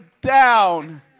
down